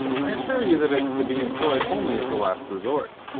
i assure you that it's to be employed only as a last resource.